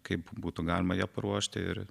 kaip būtų galima ją paruošti ir